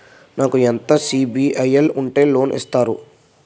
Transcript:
నాకు ఎంత సిబిఐఎల్ ఉంటే లోన్ ఇస్తారు?